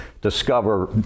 discover